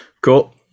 Cool